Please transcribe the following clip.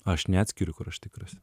aš neatskiriu kur aš tikras